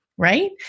Right